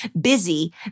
Busy